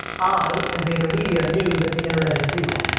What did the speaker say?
i and vaynermedia knew that the internet is real.